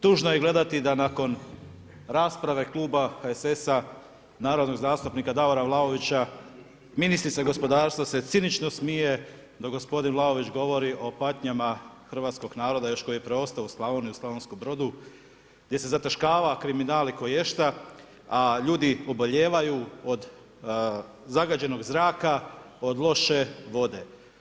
Tužno je gledati, da nakon rasprave kluba HSS-a, narodnog zastupnika Davora Vlaovića, ministrica gospodarstva se cinično smije, dok gospodin Vlaović govori o patnjama hrvatskog naroda još koji je preostao u Slavoniji, u Slavonskom Brodu, gdje se zataškava kriminal i koješta, a ljudi obolijevaju od zagađenog zraka, od loše vode.